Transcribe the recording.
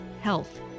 health